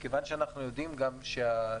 מכיוון שאנחנו יודעים שהפריון,